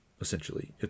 essentially